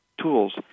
tools